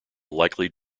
likely